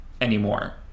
anymore